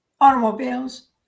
automobiles